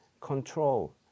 control